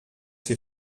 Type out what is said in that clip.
wir